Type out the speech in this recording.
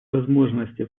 возможности